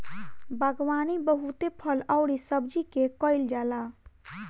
बागवानी बहुते फल अउरी सब्जी के कईल जाला